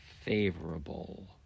favorable